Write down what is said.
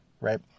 right